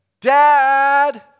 Dad